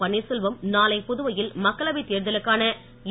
பன்னீர்செல்வம் நாளை புதுவையில் மக்களவைத் தேர்தலுக்கான என்